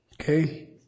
Okay